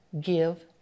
give